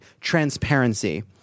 transparency